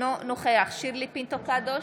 אינו נוכח שירלי פינטו קדוש,